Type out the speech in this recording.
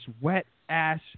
wet-ass